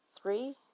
three